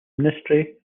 ministry